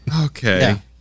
Okay